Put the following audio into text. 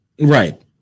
Right